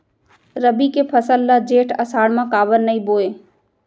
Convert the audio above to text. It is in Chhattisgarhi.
रबि के फसल ल जेठ आषाढ़ म काबर नही बोए?